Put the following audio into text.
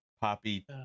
Poppy